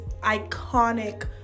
iconic